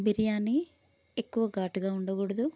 బిర్యానీ ఎక్కువ ఘాటుగా ఉండకూడదు